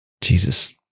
Jesus